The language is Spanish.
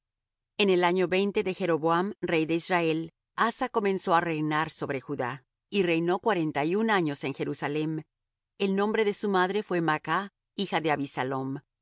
en el año veinte de jeroboam rey de israel asa comenzó á reinar sobre judá y reinó cuarenta y un años en jerusalem el nombre de su madre fué maach hija de